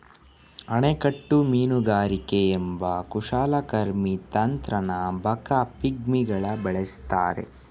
ಅಣೆಕಟ್ಟು ಮೀನುಗಾರಿಕೆ ಎಂಬ ಕುಶಲಕರ್ಮಿ ತಂತ್ರನ ಬಾಕಾ ಪಿಗ್ಮಿಗಳು ಬಳಸ್ತಾರೆ